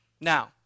Now